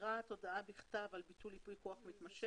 מסירת הודעה בכתב על ביטול ייפוי כוח מתמשך,